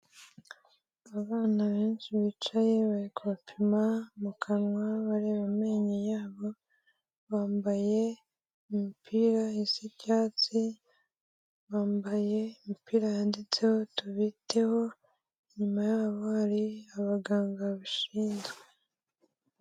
Abana benshi bicaye bari kubapima mu kanwa bareba amenyo yabo bambaye imipira isa icyatsi, bambaye imipira yanditseho tubiteho, inyuma yabo hari abaganga babishinzwe.